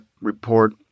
report